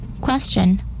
Question